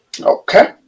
Okay